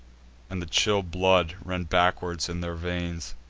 and the chill blood ran backward in their veins.